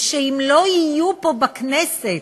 ושאם לא יהיו פה בכנסת,